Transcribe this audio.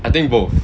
I think both